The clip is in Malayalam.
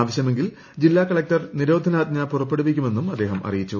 ആവശ്യമെങ്കിൽ ജില്ലാ കളക്ടർ നിരോധനാജ്ഞ പുറപ്പെടുവിക്കുമെന്നും അദ്ദേഹം അറിയിച്ചു